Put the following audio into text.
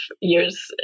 years